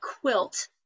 quilt